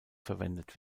verwendet